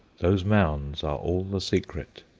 those mounds are all the secret.